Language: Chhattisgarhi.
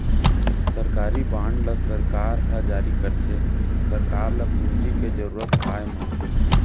सरकारी बांड ल सरकार ह जारी करथे सरकार ल पूंजी के जरुरत आय म